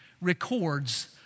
records